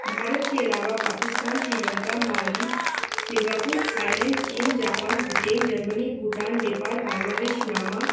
भारत के अलावा Pakistan Sri Lanka Maldives Singapore Thailand चीन Japan Britain Germany Bhutan Nepal Bangladesh Myanmar